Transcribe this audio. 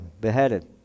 Beheaded